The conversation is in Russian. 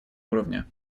уровне